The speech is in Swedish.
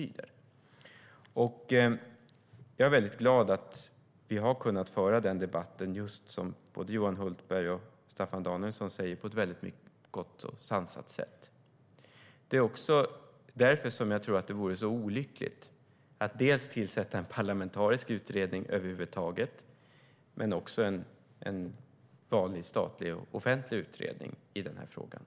Jag är väldigt glad att vi har kunnat föra den debatten på ett, precis som både Johan Hultberg och Staffan Danielsson säger, gott och sansat sätt. Det är också därför jag tror att det vore olyckligt att tillsätta inte bara en parlamentarisk utredning över huvud taget utan även en vanlig, statlig offentlig utredning i den här frågan.